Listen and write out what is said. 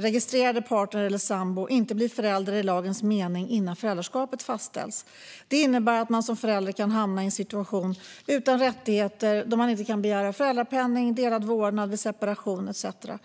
registrerade partner eller sambo inte bli förälder i lagens mening innan föräldraskapet fastställs. Det innebär att man som förälder kan hamna i en situation utan rättigheter då man inte kan begära föräldrapenning, delad vårdnad vid separation etcetera.